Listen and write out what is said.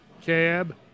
cab